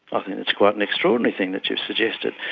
but and that's quite an extraordinary thing that you've suggested.